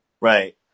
Right